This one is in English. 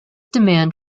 demand